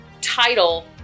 title